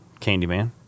Candyman